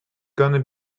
gonna